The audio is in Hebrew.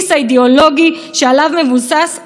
תודה לחברת הכנסת מיכל רוזין.